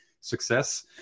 success